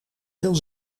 veel